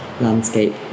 landscape